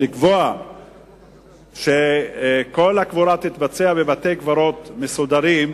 לקבוע שכל הקבורה תתבצע בבתי-קברות מסודרים,